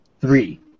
three